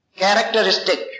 characteristic